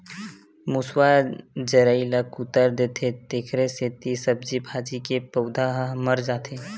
मूसवा जरई ल कुतर देथे तेखरे सेती सब्जी भाजी के पउधा ह मर जाथे